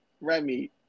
Remy